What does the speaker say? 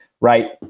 right